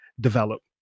develop